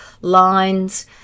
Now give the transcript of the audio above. lines